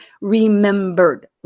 remembered